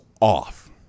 off